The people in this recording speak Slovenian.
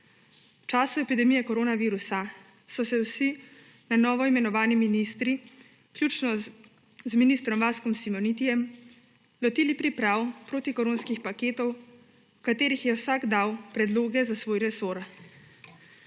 V času epidemije koronavirusa so se vsi na novo imenovani ministri, vključno z ministrom Vaskom Simonitijem, lotili priprav protikoronskih paketov, v katerih je vsak dal predloge za svoj resor,